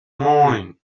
morning